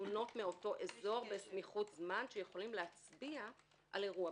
תלונות מאותו אזור בסמיכות זמן שיכולים להצביע על אירוע.